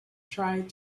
tried